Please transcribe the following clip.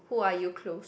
who are you close